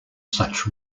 such